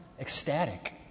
ecstatic